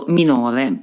minore